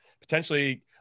potentially